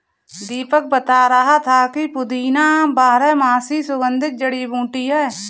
दीपक बता रहा था कि पुदीना बारहमासी सुगंधित जड़ी बूटी है